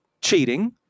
cheating